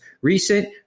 recent